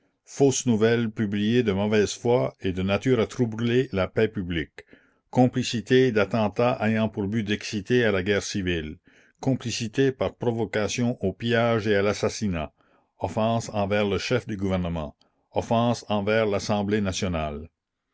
fausses nouvelles publiées de mauvaise foi et de nature à troubler la paix publique complicité d'attentat ayant pour but d'exciter à la guerre civile complicité par provocation au pillage et à l'assassinat offenses envers le chef du gouvernement offenses envers l'assemblée nationale